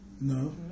No